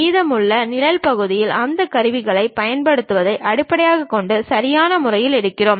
மீதமுள்ள நிழல் பகுதிகள் அந்த கருவிகளைப் பயன்படுத்துவதை அடிப்படையாகக் கொண்டு சரியான முறையில் எடுக்கிறோம்